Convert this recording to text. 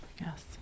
Yes